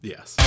Yes